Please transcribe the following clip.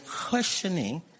questioning